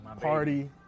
party